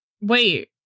Wait